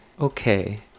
okay